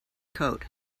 coat